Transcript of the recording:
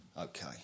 Okay